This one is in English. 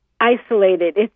isolated